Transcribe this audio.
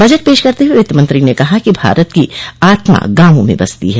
budget पेश करते हुए वित्तमंत्री ने कहा कि भारत की आत्मा गांवों में बसती है